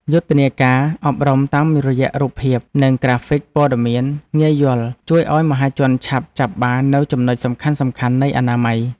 យុទ្ធនាការអប់រំតាមរយៈរូបភាព និងក្រាហ្វិកព័ត៌មានងាយយល់ជួយឱ្យមហាជនឆាប់ចាប់បាននូវចំណុចសំខាន់ៗនៃអនាម័យ។